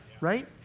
right